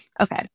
okay